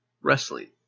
wrestling